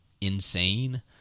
insane